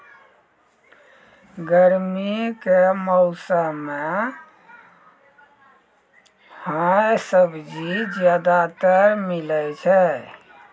गर्मी के मौसम मं है सब्जी ज्यादातर मिलै छै